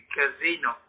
casino